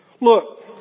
Look